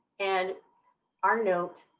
and our note,